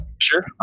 Sure